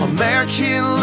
American